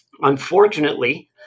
Unfortunately